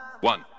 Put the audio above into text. one